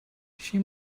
she